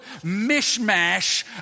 mishmash